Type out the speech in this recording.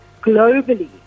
globally